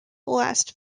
last